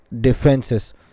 defenses